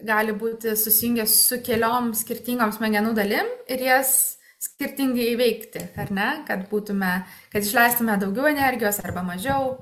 gali būti susijungę su keliom skirtingom smegenų dalim ir jas skirtingai veikti ar ne kad būtume kad išleistume daugiau energijos arba mažiau